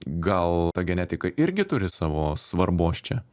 gal ta genetika irgi turi savo svarbos čia